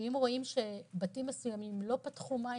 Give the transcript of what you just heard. שאם רואים שבתים מסוימים לא פתחו מים